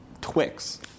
Twix